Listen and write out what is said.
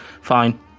fine